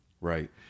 Right